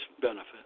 benefit